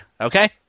okay